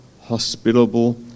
hospitable